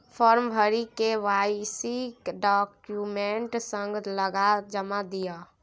farm भरि KYC document संग लगा जमा दियौ